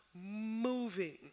moving